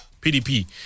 PDP